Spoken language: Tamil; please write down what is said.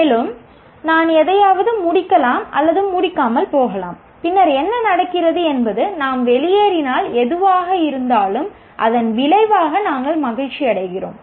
மேலும் நான் எதையாவது முடிக்கலாம் அல்லது முடிக்காமல் போகலாம் பின்னர் என்ன நடக்கிறது என்பது நாம் வெளியேறினால் எதுவாக இருந்தாலும் அதன் விளைவாக நாங்கள் மகிழ்ச்சியடைகிறோம்